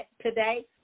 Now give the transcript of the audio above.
today